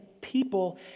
people